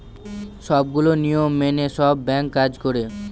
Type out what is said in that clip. সবগুলো নিয়ম মেনে সব ব্যাঙ্ক কাজ করে